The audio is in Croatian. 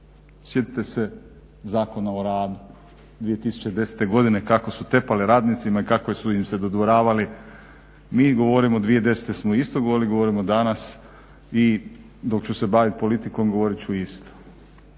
Sjetite se Zakona o radu 2010.godine kako su tepali radnicima i kako su im se dodvoravali. Mi govorimo 2010.smo isto govorili, govorimo danas i dok ću se baviti politikom govorit ću isto.